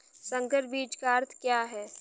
संकर बीज का अर्थ क्या है?